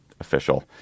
official